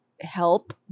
help